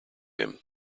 him